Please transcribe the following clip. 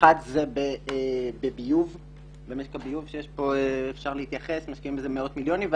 האחד הוא במשק הביוב בו משקיעים מאות מיליוני שקלים,